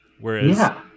Whereas